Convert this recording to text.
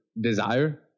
desire